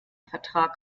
vertrag